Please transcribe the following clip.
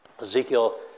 Ezekiel